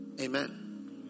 Amen